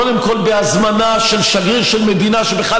קודם כול בהזמנה של שגריר של מדינה שבכלל